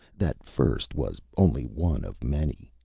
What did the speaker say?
that first was only one of many.